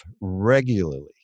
regularly